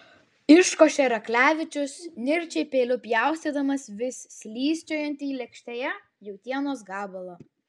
iškošė raklevičius nirčiai peiliu pjaustydamas vis slysčiojantį lėkštėje jautienos gabalą